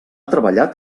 treballat